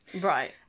right